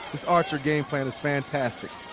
this archer game plan is fantastic.